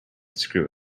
screw